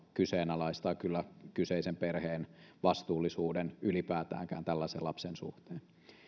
kyseenalaistaa kyllä kyseisen perheen vastuullisuuden ylipäätäänkään tällaisen lapsen suhteen